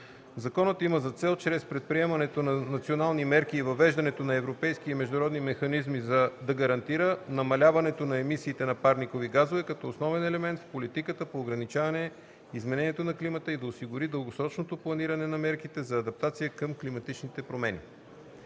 Законът има за цел чрез предприемане на национални мерки и въвеждането на европейски и международни механизми да гарантира намаляване на емисиите на парникови газове като основен елемент в политиката по ограничаване изменението на климата и да осигури дългосрочното планиране на мерките за адаптация към климатичните промени.”